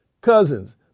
Cousins